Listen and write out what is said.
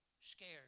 scared